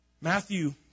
Matthew